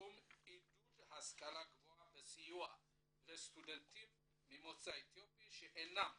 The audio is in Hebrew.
בתחום עידוד השכלה גבוהה וסיוע לסטודנטים ממוצא אתיופי שאינם